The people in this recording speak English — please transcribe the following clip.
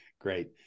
Great